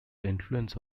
influence